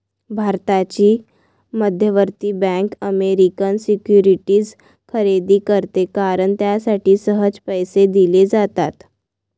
भारताची मध्यवर्ती bank American securities खरेदी करते कारण त्यासाठी सहज पैसे दिले जातात